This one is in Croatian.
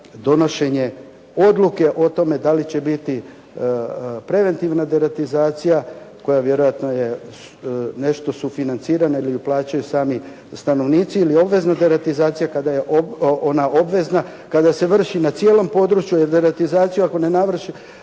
donošenje odluke o tome da li će biti preventivna deratizacija koja vjerojatno je nešto sufinancirana ili je plaćaju sami stanovnici ili obvezna deratizacija kada je ona obvezna, kada se vrši na cijelom području jer deratizaciju ako sustavno